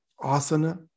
Asana